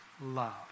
love